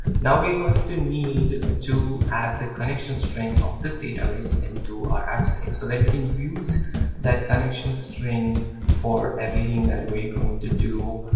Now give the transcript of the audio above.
now we're going to need to add the connection string of this database into our appsettings. so that we can use that connection string for everything that we are going to do